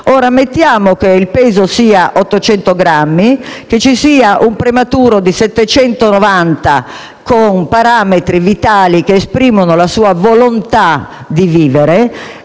curati. Mettiamo che il peso sia pari a 800 grammi e che ci siano un prematuro di 790 grammi con parametri vitali che esprimono la sua volontà di vivere